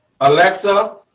Alexa